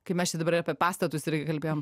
kai mes čia dabar apie pastatus irgi kalbėjom